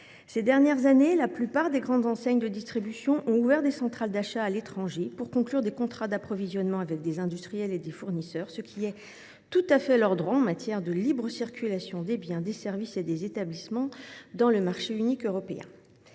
Ces dernières années, la plupart des grandes enseignes de distribution ont ouvert des centrales d’achat à l’étranger pour conclure des contrats d’approvisionnement avec des industriels et fournisseurs, ce qui est tout à fait leur droit au regard des règles de libre circulation des biens, des services et des établissements dans le cadre du marché unique européen.